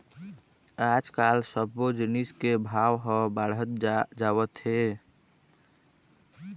आजकाल सब्बो जिनिस के भाव ह बाढ़त जावत हे